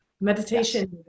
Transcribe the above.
Meditation